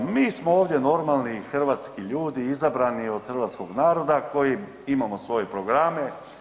Mi smo ovdje normalni hrvatski ljudi izabrani od hrvatskog naroda koji imamo svoje programe.